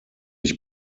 ich